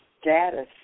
status